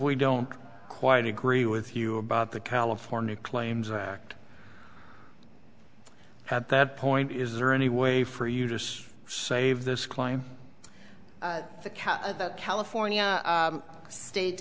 we don't quite agree with you about the california claims act at that point is there any way for you to save this client the cut at the california state